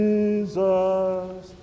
Jesus